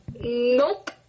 Nope